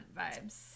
vibes